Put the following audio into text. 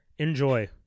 Enjoy